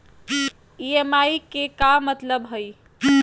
EMI के का मतलब हई?